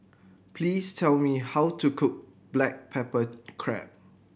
please tell me how to cook black pepper crab